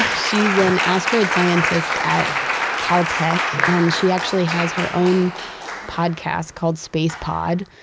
she's an astroid scientist at caltech, and she actually has her own podcast called, space pod.